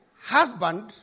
husband